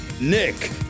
Nick